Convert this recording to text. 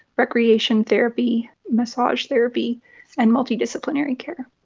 recreation therapy, massage therapy and multidisciplinary care.